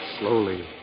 Slowly